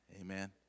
Amen